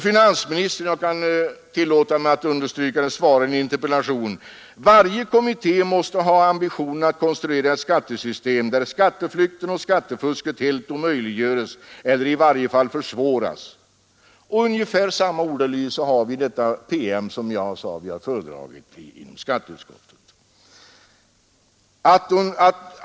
Finansministern sade i sitt svar på en interpellation: Varje kommitté måste ha ambitionen att konstruera ett skattesystem där skatteflykt eller skattefusk helt omöjliggörs eller i varje fall försvåras. Ungefär samma ordalydelse finns i den PM som föredragits inom skatteutskottet.